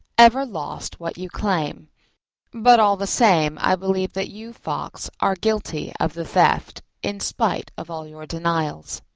ever lost what you claim but all the same i believe that you, fox, are guilty of the theft, in spite of all your denials.